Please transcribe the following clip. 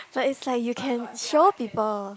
but it's like you can show people